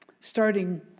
Starting